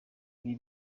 ibi